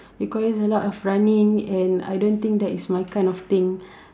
requires a lot of running and I don't think that is my kind of thing